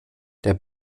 der